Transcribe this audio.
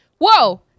Whoa